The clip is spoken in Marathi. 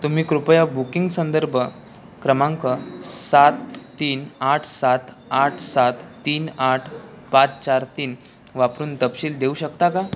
तुम्ही कृपया बुकिंग संदर्भ क्रमांक सात तीन आठ सात आठ सात तीन आठ पाच चार तीन वापरून तपशील देऊ शकता का